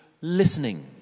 listening